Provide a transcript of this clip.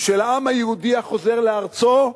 של העם היהודי החוזר לארצו,